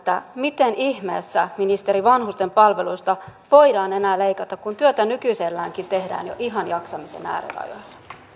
miten ihmeessä ministeri vanhusten palveluista voidaan enää leikata kun työtä nykyiselläänkin tehdään jo ihan jaksamisen äärirajoilla